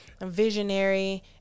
visionary